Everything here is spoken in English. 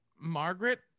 Margaret